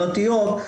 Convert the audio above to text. פרטיות,